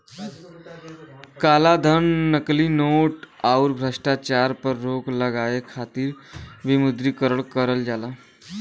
कालाधन, नकली नोट, आउर भ्रष्टाचार पर रोक लगावे खातिर विमुद्रीकरण करल जाला